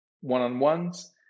one-on-ones